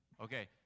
Okay